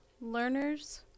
learners